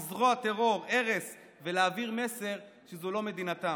לזרוע טרור, הרס ולהעביר מסר שזו לא מדינתם?